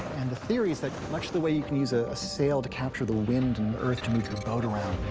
and the theory is that much the way you can use ah a sail to capture the wind on and earth to move your boat around,